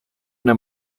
una